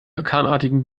orkanartigen